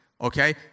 okay